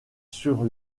sur